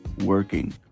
working